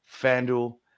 FanDuel